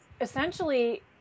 essentially